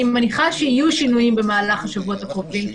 אני מניחה שיהיו שינויים במהלך השבועות הקרובים,